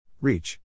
Reach